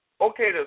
okay